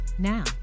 Now